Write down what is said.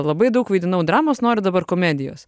labai daug vaidinau dramos noriu dabar komedijos